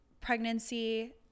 pregnancy